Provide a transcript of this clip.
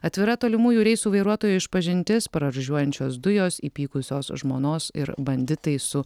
atvira tolimųjų reisų vairuotojo išpažintis paralyžiuojančios dujos įpykusios žmonos ir banditai su